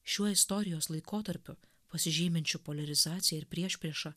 šiuo istorijos laikotarpiu pasižyminčiu poliarizacija ir priešprieša